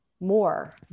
more